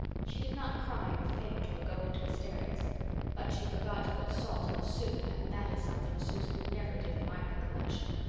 she did not cry or faint or go into hysterics but she forgot to put salt in the soup, and that is something susan never did in my recollection.